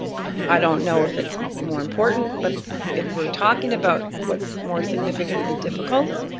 i don't know if it's more important, but if we're talking about what's more significantly difficult,